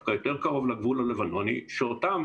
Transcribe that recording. דווקא יותר קרוב לגבול הלבנוני שאותם